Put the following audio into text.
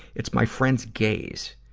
it's my friend's gaze,